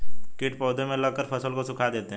कीट पौधे में लगकर फसल को सुखा देते हैं